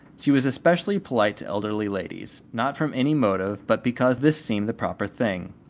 she was especially polite to elderly ladies, not from any motive, but because this seemed the proper thing,